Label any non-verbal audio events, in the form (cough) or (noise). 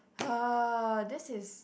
(noise) this is